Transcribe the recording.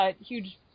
huge